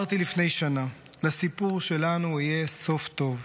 אמרתי לפני שנה: לסיפור שלנו יהיה סוף טוב.